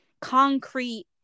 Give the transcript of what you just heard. concrete